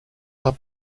are